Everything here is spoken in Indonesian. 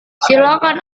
silakan